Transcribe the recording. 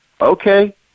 Okay